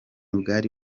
bwari